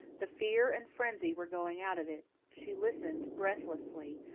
the fear and frenzy were going out of it she listened breathlessly,